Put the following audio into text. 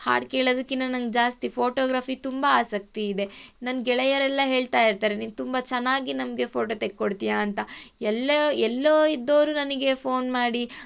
ಹಾಡು ಕೆಳೋದಕ್ಕಿನ್ನ ನನಗ್ ಜಾಸ್ತಿ ಫೋಟೋಗ್ರಫಿ ತುಂಬ ಆಸಕ್ತಿ ಇದೆ ನನ್ನ ಗೆಳೆಯರೆಲ್ಲ ಹೇಳ್ತಾಯಿರ್ತಾರೆ ನೀನು ತುಂಬ ಚೆನ್ನಾಗಿ ನಮಗೆ ಫೋಟೋ ತೆಕ್ಕೊಡ್ತೀಯಾ ಅಂತ ಎಲ್ಲೊ ಎಲ್ಲೋ ಇದ್ದೋರು ನನಗೆ ಫೋನ್ ಮಾಡಿ